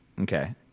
okay